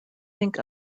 think